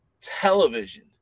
television